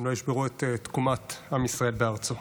הם לא ישברו את תקומת עם ישראל בארצו.